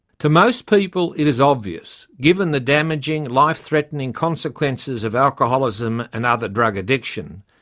to most people it is obvious, given the damaging, life-threatening consequences of alcoholism and other drug addiction,